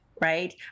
right